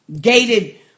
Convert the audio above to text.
gated